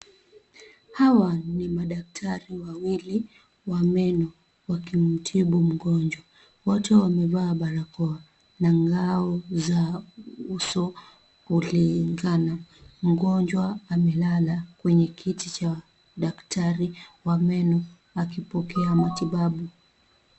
Hawa ni madaktari wawili wa meno wakimtibu mgonjwa . Wote wamevaa barakoa na ngao zao uso kukongana, mgonjwa amelala kwenye kiti cha daktari wa meno akipokea matibabu.